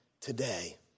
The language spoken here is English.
today